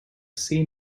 see